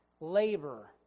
labor